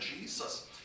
Jesus